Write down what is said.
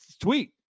tweet